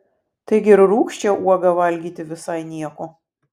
taigi ir rūgščią uogą valgyti visai nieko